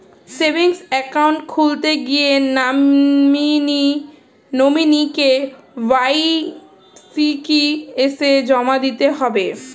Savings account খুলতে গিয়ে nominee KYC কি এসে জমা দিতে হবে?